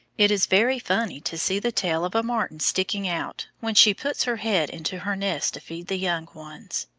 it is very funny to see the tail of a martin sticking out, when she puts her head into her nest to feed the young ones.